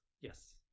Yes